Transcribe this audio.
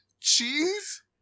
Cheese